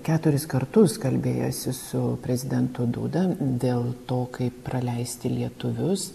keturis kartus kalbėjosi su prezidentu dūda dėl to kaip praleisti lietuvius